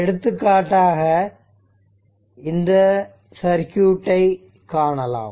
எடுத்துக்காட்டாக இந்த சர்க்யூட்டை காணலாம்